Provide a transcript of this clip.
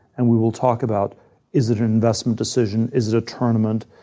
and we will talk about is it an investment decision? is it a tournament?